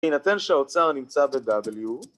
‫בהינתן שהאוצר נמצא ב-W.